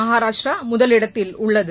மகாராஷ்டிரா முதலிடத்தில் உள்ளது